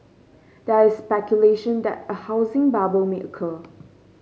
there is speculation that a housing bubble may occur